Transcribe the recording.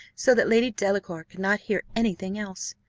so that lady delacour could not hear any thing else.